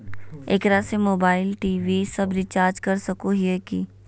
एकरा से mobile TV सब रिचार्ज कर सको हियै की?